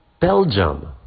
Belgium